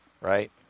Right